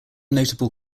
notable